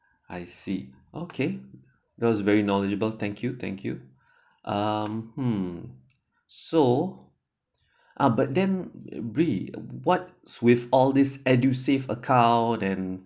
I see okay those very knowledgeable thank you thank you um hmm so ah but then we what's with all these edusave account and